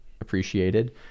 appreciated